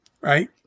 right